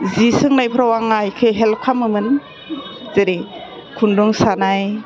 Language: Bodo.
जि सोंनायफ्राव आं आइखौ हेल्प खालामोमोन जेरै खुन्दुं सानाय